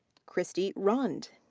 christy rund.